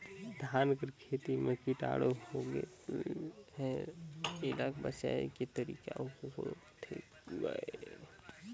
धान कर खेती म कीटाणु होगे हे एला बचाय के तरीका होथे गए?